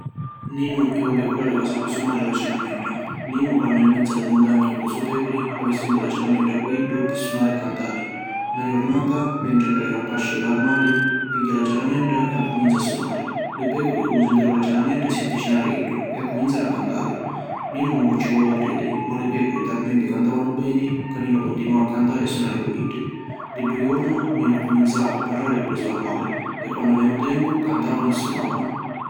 Ninu è un picuraru ca sapi sunari la ciaramedda. Ninu quannu è menzu a li muntagni cu li so pecuri havi sempri la ciaramedda cu iddu pi sunari e cantari. Na jurnata, mentri ca era a pasciri l’armali, pigghia la ciaramedda e accuminza a sunari. Li pecuri, comu sinteru la ciaramedda si avvicinaru a iddu e accuminzaru a cantari. Ninu mancu ci vuliva cridiri ma li pecuri talmenti cantavanu beni, ca Ninu continuà a cantari e sunari cu iddi. Di ddu jornu, Ninu accuminzà a parrari cu li so armali e quannu avianu tempu, cantavanu e sunavanu.